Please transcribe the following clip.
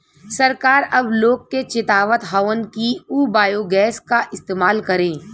सरकार अब लोग के चेतावत हउवन कि उ बायोगैस क इस्तेमाल करे